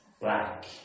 black